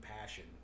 passion